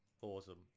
Awesome